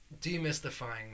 demystifying